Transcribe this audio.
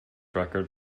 record